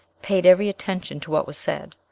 paid every attention to what was said.